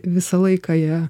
visą laiką ja